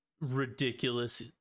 ridiculous